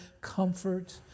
comfort